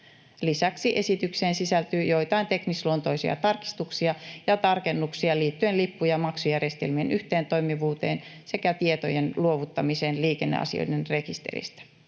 Lisäksi esitykseen sisältyy joitain teknisluontoisia tarkistuksia ja tarkennuksia liittyen lippu- ja maksujärjestelmien yhteentoimivuuteen sekä tietojen luovuttamiseen liikenneasioiden rekisteristä.